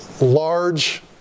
large